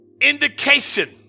indication